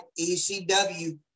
ECW